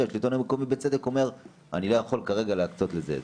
והשלטון המקומי בצדק אומר אני לא יכול כרגע להקצות לזה.